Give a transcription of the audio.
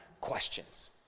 questions